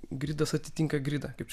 gridas atitinka gridą kaip čia